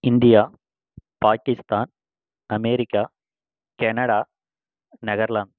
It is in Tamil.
India Pakistan America Canada Netherlands